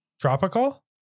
tropical